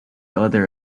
other